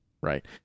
Right